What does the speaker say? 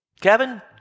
Kevin